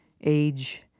age